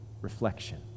reflection